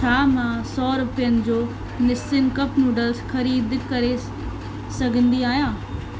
छा मां सौ रुपियनि जो निस्सिन कप नूडल्स ख़रीद करे सघंदी आहियां